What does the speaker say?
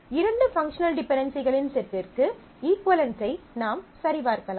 இரண்டு பங்க்ஷனல் டிபென்டென்சிகளின் செட்டிற்கு இஃக்குவளென்ட்டை நாம் சரிபார்க்கலாம்